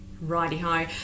Righty-ho